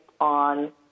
on